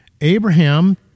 Abraham